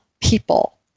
people